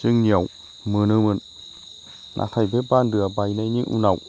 जोंनियाव मोनोमोन नाथाय बे बान्दोआ बायनायनि उनाव